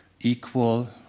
equal